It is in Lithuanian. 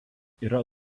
yra